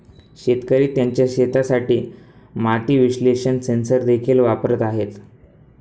शेतकरी त्यांच्या शेतासाठी माती विश्लेषण सेन्सर देखील वापरत आहेत